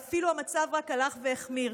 ואפילו המצב רק הלך והחמיר.